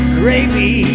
gravy